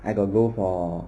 I got go for